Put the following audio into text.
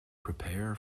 prepare